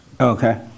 Okay